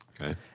Okay